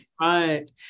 Right